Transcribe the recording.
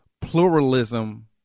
pluralism